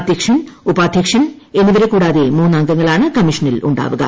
അധ്യക്ഷൻ ഉപാദ്ധ്യക്ഷൻ എന്നിവരെ കൂടാതെ മൂന്ന് അംഗങ്ങളാണ് കമ്മീഷനിൽ ഉ ാവുക